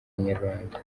inyarwanda